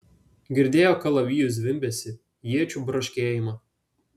girdėjo kalavijų zvimbesį iečių braškėjimą